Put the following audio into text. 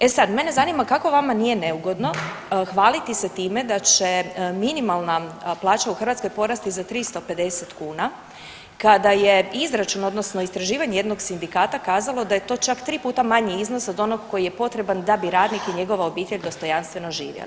E sad, mene zanima kako vama nije neugodno hvaliti se time da će minimalna plaća u Hrvatskoj porasti za 350 kuna, kada je izračun, odnosno istraživanje jednog sindikata kazalo da je to čak 3 puta manji iznos od onog koji je potreban da bi radnik i njegova obitelj dostojanstveno živjeli.